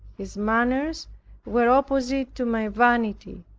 his manners were opposite to my vanity.